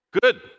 Good